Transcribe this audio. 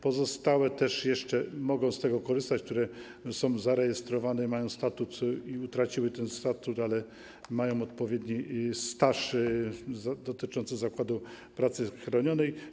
Pozostałe też jeszcze mogą z tego korzystać, te, które są zarejestrowane i mają statut, i utraciły ten statut, ale mają odpowiedni staż dotyczący zakładu pracy chronionej.